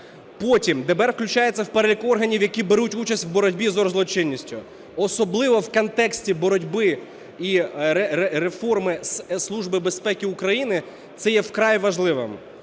Потім ДБР включається в перелік органів, які беруть участь у боротьбі з оргзлочинністю. Особливо в контексті боротьби і реформи Служби безпеки України